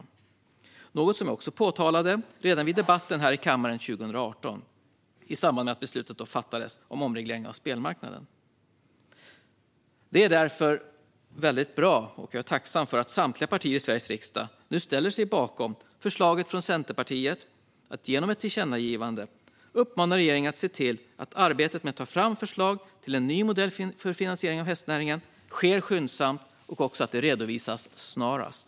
Det var något som jag också påtalade redan vid debatten här i kammaren 2018 i samband med att beslutet om omregleringen av spelmarknaden togs. Det är därför väldigt bra, och jag är tacksam för det, att samtliga partier i Sveriges riksdag nu ställer sig bakom förslaget från Centerpartiet att genom ett tillkännagivande uppmana regeringen att se till att arbetet med att ta fram förslag till en ny modell för finansieringen av hästnäringen sker skyndsamt och redovisas snarast.